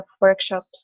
workshops